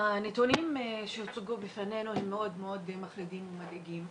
הנתונים שהוצגו בפנינו הם מאוד מאוד מחרידים ומדאיגים,